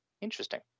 Interesting